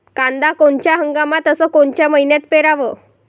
कांद्या कोनच्या हंगामात अस कोनच्या मईन्यात पेरावं?